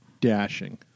dashing